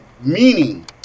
Meaning